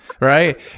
right